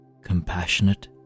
Compassionate